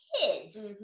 kids